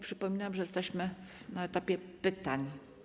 Przypominam, że jesteśmy na etapie pytań.